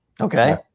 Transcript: Okay